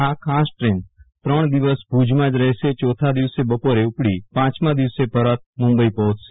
આ ખાસ ટ્રેન ત્રણ દિવસ ભુજમાં જ રહેશે ચોથા દિવસે બપોરે ઉપડી પાંચમાં દિવસે પરત મુંબઇ પહોંચશે